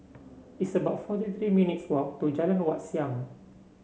it's about forty three minutes' walk to Jalan Wat Siam